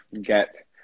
get